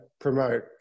promote